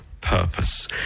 purpose